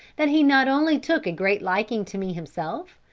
that he not only took a great liking to me himself,